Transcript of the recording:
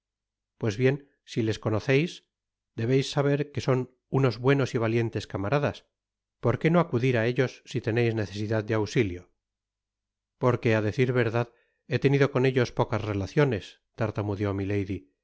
pues bien si tes conoceis debeis saber que son unos buenos y valientes camaradas porqué no acudis á ellos si teneis necesidad de auxilio porque á decir verdad he tenido con ellos pocas relaciones tartamndeó milady